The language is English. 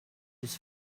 his